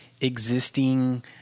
existing